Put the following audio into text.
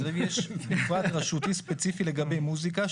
בתל אביב יש מפרט רשותי ספציפי לגבי מוזיקה.